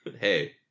hey